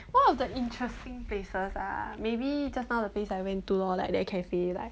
one of the interesting places ah maybe just now the place I went to loh like that cafe like